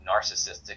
narcissistic